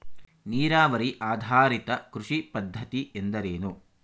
ನೀರಾವರಿ ಆಧಾರಿತ ಕೃಷಿ ಪದ್ಧತಿ ಎಂದರೇನು?